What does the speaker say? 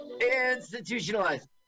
Institutionalized